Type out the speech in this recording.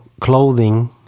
Clothing